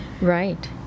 Right